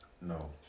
No